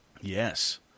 Yes